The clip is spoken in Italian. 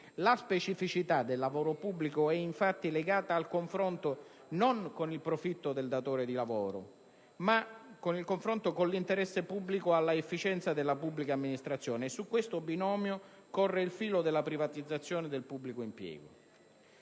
La specificità del lavoro pubblico è infatti legata al confronto non con il profitto del datore di lavoro, ma con l'interesse pubblico all'efficienza della pubblica amministrazione. E su questo binomio corre il filo della privatizzazione del pubblico impiego.